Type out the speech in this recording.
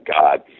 God